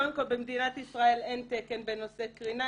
קודם כל, במדינת ישראל אין תקן בנושא קרינה.